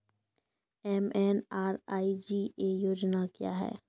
MNREGA योजना क्या हैं?